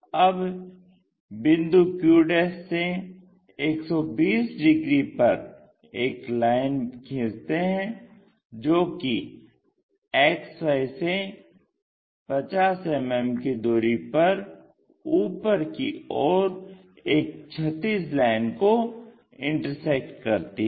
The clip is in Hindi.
अब बिंदु q से 120 डिग्री पर एक लाइन खींचते हैं जो कि XY से 50 मिमी की दूरी पर ऊपर की ओर एक क्षैतिज लाइन को इंटरसेक्ट करती है